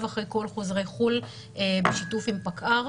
אחרי כל חוזרי חוץ לארץ בשיתוף עם פקע"ר.